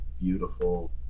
beautiful